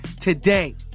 today